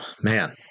man